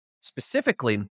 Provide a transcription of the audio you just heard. specifically